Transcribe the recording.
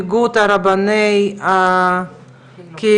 איגוד רבני הקהילות.